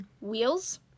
Wheels